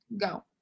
Go